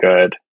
good